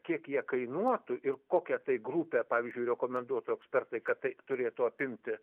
kiek jie kainuotų ir kokią tai grupę pavyzdžiui rekomenduotų ekspertai kad tai turėtų apimti